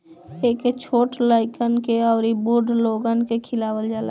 एके छोट लइकन के अउरी बूढ़ लोगन के खियावल जाला